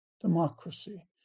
Democracy